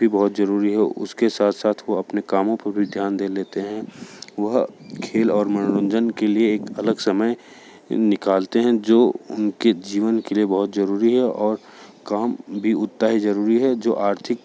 भी बहुत ज़रूरी हो उसके साथ साथ वह अपने कामों पर भी ध्यान दे लेते हैं वह खेल और मनोरंजन के लिए एक अलग समय निकालते हैं जो उनके जीवन के लिए बहुत ज़रूरी है और काम भी उतना है ज़रूरी है जो आर्थिक